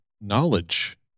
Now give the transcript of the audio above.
knowledge